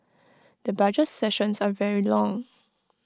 the budget sessions are very long